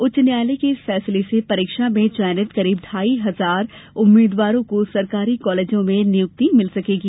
उच्च न्यायालय के इस फैसले से परीक्षा में चयनित करीब ढ़ाई हजार उम्मीदवारों को सरकारी कॉलेजों में नियुक्ति मिल सकेगी